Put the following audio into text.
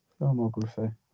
Filmography